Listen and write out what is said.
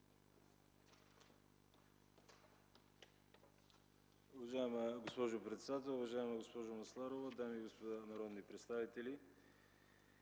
Уважаеми господин председател, уважаема госпожо Михайлова, уважаеми дами и господа народни представители!